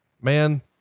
man